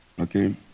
Okay